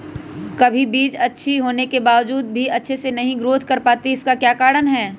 कभी बीज अच्छी होने के बावजूद भी अच्छे से नहीं ग्रोथ कर पाती इसका क्या कारण है?